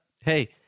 hey